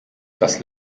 das